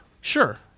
sure